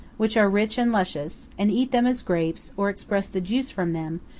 which are rich and luscious, and eat them as grapes or express the juice from them,